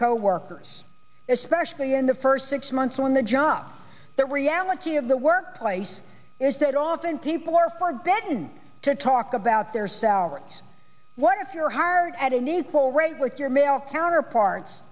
coworkers especially in the first six months when the job the reality of the workplace is that often people are forbidden to talk about their salary what if you're hired at an equal rate with your male counterparts